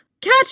catch